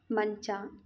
ಮಂಚ